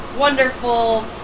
wonderful